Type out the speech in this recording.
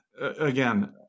again